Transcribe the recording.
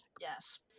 Yes